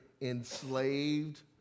enslaved